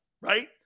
right